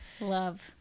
Love